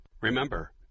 Remember